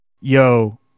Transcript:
yo